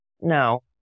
No